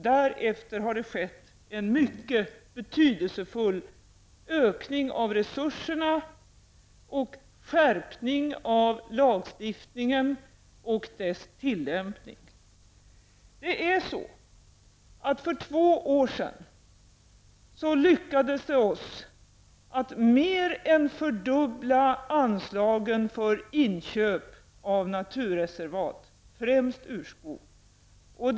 Därefter har det skett en mycket betydelsefull ökning av resurserna och skärpning av lagstiftningen och dess tillämpning. För två år sedan lyckades vi att mer än fördubbla anslagen för inköp av naturreservat, främst urskog.